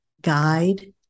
guide